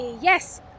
Yes